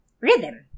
rhythm